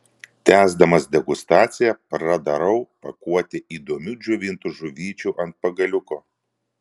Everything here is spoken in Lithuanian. tęsdamas degustaciją pradarau pakuotę įdomių džiovintų žuvyčių ant pagaliuko